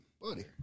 Buddy